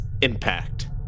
impact